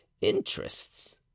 interests